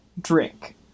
drink